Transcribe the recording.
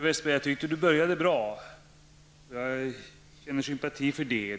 Fru talman! Jag tycker att Per Westerberg började bra. Jag känner alltså sympati för vad som sades.